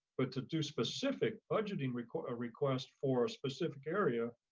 but to do specific budgeting request request for a specific area,